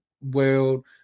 world